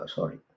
Sorry